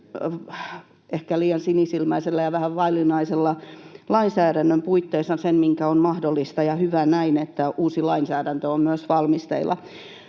ehkä liian sinisilmäisesti ja vähän vaillinaisesti, mutta lainsäädännön puitteissa se, mikä on mahdollista. Ja hyvä näin, että uusi lainsäädäntö on myös valmisteilla.